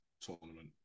tournament